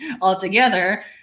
altogether